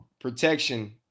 protection